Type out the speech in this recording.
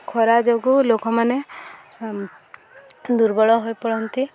ଖରା ଯୋଗୁଁ ଲୋକମାନେ ଦୁର୍ବଳ ହୋଇପଡ଼ନ୍ତି